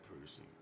person